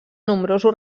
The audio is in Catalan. nombrosos